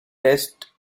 test